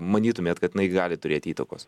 manytumėt kad jinai gali turėt įtakos